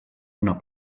una